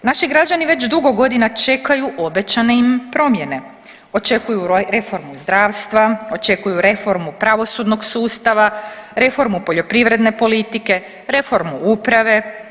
Naši građani već dugo godina čekaju obećane im promjene, očekuju reformu zdravstva, očekuju reformu pravosudnog sustava, reformu poljoprivredne politike, reformu uprave.